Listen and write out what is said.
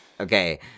Okay